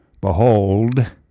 Behold